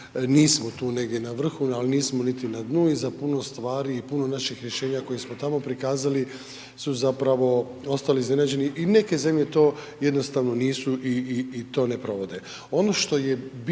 nismo tu negdje na vrhu, ali nismo niti na dnu i za puno stvari i puno naših rješenja koje smo tamo prikazali su zapravo ostali iznenađeni i neke zemlje to jednostavno nisu i to ne provode.